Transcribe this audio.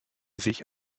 sich